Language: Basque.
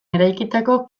eraikitako